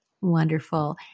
Wonderful